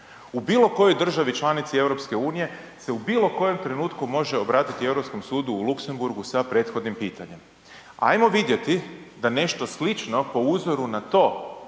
u bilo kojoj državi članice EU, se u bilo kojem trenutku može obratiti Europskom sudu u Luksemburgu sa prethodnim pitanjem. Ajmo vidjeti da nešto slično po uzoru na to